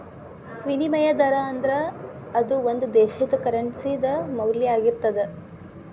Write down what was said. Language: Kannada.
ವಿನಿಮಯ ದರಾ ಅಂದ್ರ ಅದು ಒಂದು ದೇಶದ್ದ ಕರೆನ್ಸಿ ದ ಮೌಲ್ಯ ಆಗಿರ್ತದ